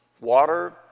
Water